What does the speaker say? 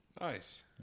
Nice